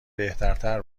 بهترتر